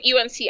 UNC